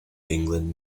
england